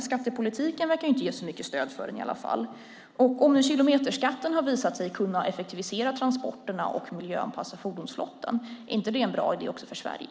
Skattepolitiken verkar inte ge så mycket stöd för den i alla fall. Om nu kilometerskatten har visat sig kunna effektivisera transporterna och miljöanpassa fordonsflottan, är inte det en bra idé också för Sverige?